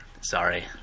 sorry